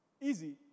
easy